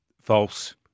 False